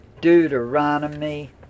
Deuteronomy